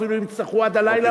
אפילו אם יצטרכו עד הלילה.